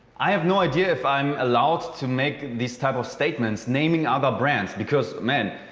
i have no idea if i'm allowed to make this type of statements, naming other brands because, man,